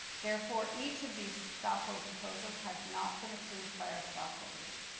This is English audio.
therefore, each of these stockholder proposals has not been approved by our stockholders.